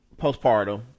postpartum